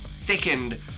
thickened